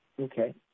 Okay